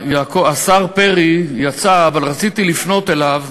השר פרי יצא, אבל רציתי לפנות אליו.